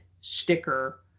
sticker